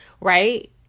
right